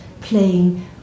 playing